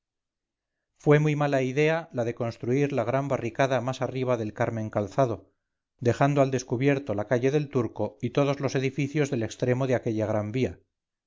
fue muy mala idea la de construir la gran barricada más arriba del carmen calzado dejando al descubierto la calle delturco y todos los edificios del extremo de aquella gran vía